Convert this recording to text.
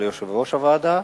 ליושב-ראש הוועדה,